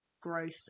growth